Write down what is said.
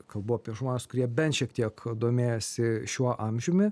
kalbu apie žmones kurie bent šiek tiek domėjosi šiuo amžiumi